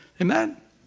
Amen